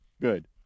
Good